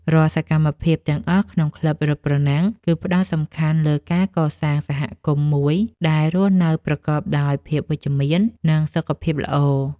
រាល់សកម្មភាពទាំងអស់ក្នុងក្លឹបរត់ប្រណាំង គឺផ្ដោតសំខាន់លើការកសាងសហគមន៍មួយដែលរស់នៅប្រកបដោយភាពវិជ្ជមាន និងសុខភាពល្អ។